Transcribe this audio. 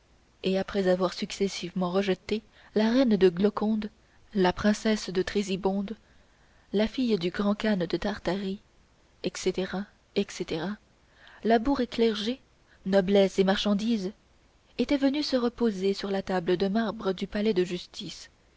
et après avoir successivement rejeté la reine de golconde la princesse de trébizonde la fille du grand khan de tartarie etc etc labour et clergé noblesse et marchandise étaient venus se reposer sur la table de marbre du palais de justice